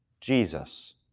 Jesus